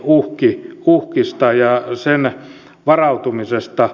hybridiuhkista ja niihin varautumisesta